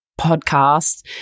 podcast